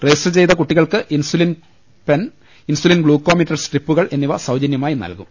register ചെയ്ത കുട്ടികൾക്ക് insulin pen insulin glucometer സ്ട്രിപ്പുകൾ എന്നിവ സൌജന്യമായി നൽകും